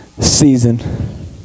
Season